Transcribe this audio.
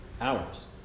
hours